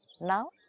Now